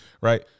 right